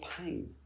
pain